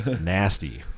nasty